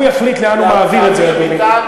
הוא יחליט לאן הוא מעביר את זה, אדוני.